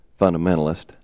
fundamentalist